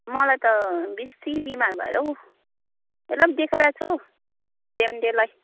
मलाई त बेसी बिमार भएर हौ तर नि देखाइरहेछु हौ सेएमडेलाई